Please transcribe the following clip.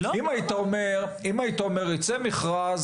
אם היית אומר ייצא מכרז